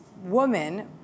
woman